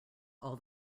all